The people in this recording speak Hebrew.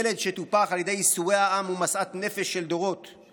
ילד שטופח על ידי ייסורי העם ומשאת נפש של דורות,